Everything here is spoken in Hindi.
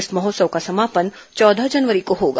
इस महोत्सव का समापन चौदह जनवरी को होगा